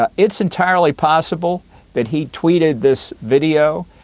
ah it's entirely possible that he tweeted this video